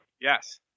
yes